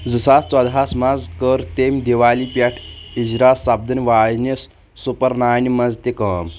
زٕ ساس ژۄدہَس منٛز كٔر تٔمۍ دیوالی پٮ۪ٹھ اِجرا سپدن واجِنِس سپر نانہِ منٛز تہِ كٲم